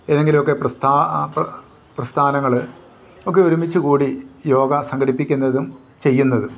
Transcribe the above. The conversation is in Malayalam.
ഏതെങ്കിലുമൊക്കെ പ്രസ്ഥാനങ്ങൾ ഒക്കെ ഒരുമിച്ചു കൂടി യോഗ സംഘടിപ്പിക്കുന്നതും ചെയ്യുന്നത്